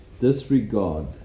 Disregard